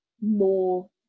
more